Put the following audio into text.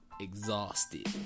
Exhausted